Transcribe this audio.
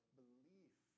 belief